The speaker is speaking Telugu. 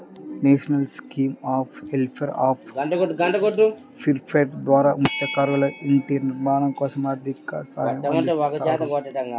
national scheme of welfare of fishermen ద్వారా మత్స్యకారులకు ఇంటి నిర్మాణం కోసం ఆర్థిక సహాయం అందిస్తారు